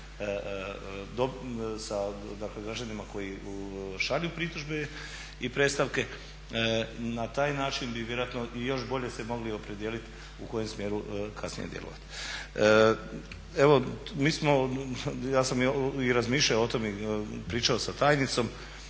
sa građanima koji šalju pritužbe i predstavke na taj način bi vjerojatno i još bolje se mogli opredijeliti u kojem smjeru kasnije djelovati. Evo mi smo, ja sam i razmišljao o tome i pričao sa tajnicom,